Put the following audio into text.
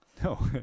No